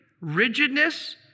rigidness